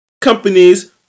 companies